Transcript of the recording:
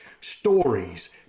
stories